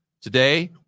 Today